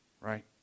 Right